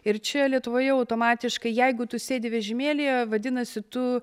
ir čia lietuvoje automatiškai jeigu tu sėdi vežimėlyje vadinasi tu